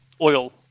Oil